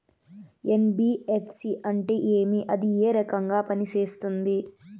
NBFC అంటే ఏమి అది ఏ రకంగా పనిసేస్తుంది